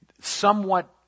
somewhat